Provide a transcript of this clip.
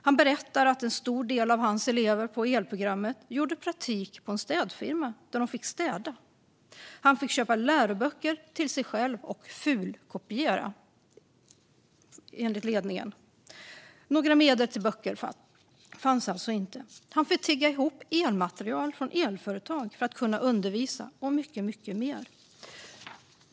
Han berättar att en stor del av hans elever på elprogrammet gjorde praktik på en städfirma där de fick städa. Han fick köpa läroböcker till sig själv och fulkopiera, enligt ledningen. Några medel till böcker fanns alltså inte. Han fick tigga ihop elmaterial från elföretag för att kunna undervisa - och mycket mer.